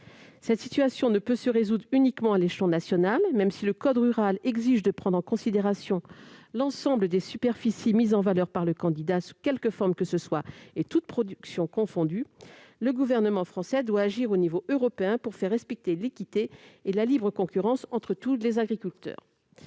Cette situation ne peut se résoudre uniquement à l'échelon national. Même si le code rural exige de prendre en considération l'ensemble des superficies mises en valeur par le candidat, sous quelque forme que ce soit et toutes productions confondues, le Gouvernement français doit agir à l'échelon européen pour faire respecter l'équité et la libre concurrence entre tous les agriculteurs.